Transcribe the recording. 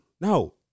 No